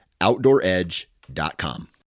OutdoorEdge.com